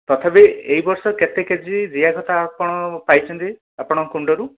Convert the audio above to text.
ତଥାପି ଏଇ ବର୍ଷ କେତେ କେ ଜି ଜିଆ ଖତ ଆପଣ ପାଇଛନ୍ତି ଆପଣଙ୍କ କୁଣ୍ଡରୁ